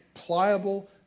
pliable